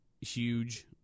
huge